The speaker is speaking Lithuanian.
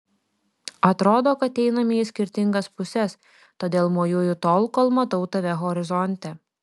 atrodo kad einame į skirtingas puses todėl mojuoju tol kol matau tave horizonte